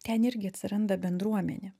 ten irgi atsiranda bendruomenė